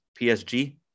PSG